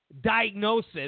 diagnosis